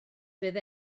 fydd